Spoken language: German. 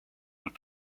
und